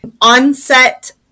onset